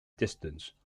distance